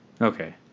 okay